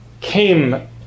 came